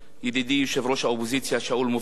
ידידי יושב-ראש האופוזיציה שאול מופז,